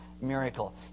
miracle